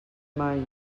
mai